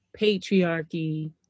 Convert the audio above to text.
patriarchy